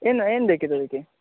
ಏನು ಏನು ಬೇಕಿತ್ತು ಇದಕ್ಕೆ